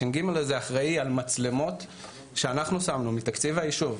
הש"ג הזה אחראי על מצלמות שאנחנו שמנו מתקציב היישוב.